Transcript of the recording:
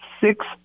six